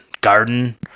garden